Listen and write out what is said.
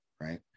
right